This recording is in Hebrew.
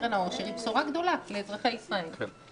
קרן העושר היא בשורה גדולה לאזרחי ישראל.